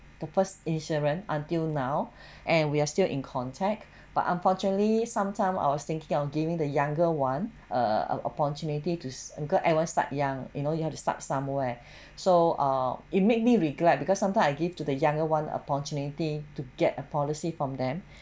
the first insurance until now and we are still in contact but unfortunately sometime I was thinking of giving the younger one err a opportunity to go ever start young you know you have to start somewhere so err it made me regret because sometime I give to the younger one opportunity to get a policy from them